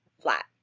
flat